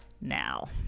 now